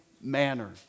manner